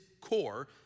core